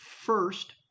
First